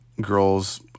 girls